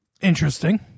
Interesting